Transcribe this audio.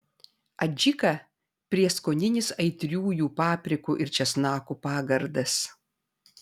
adžika prieskoninis aitriųjų paprikų ir česnakų pagardas